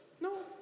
No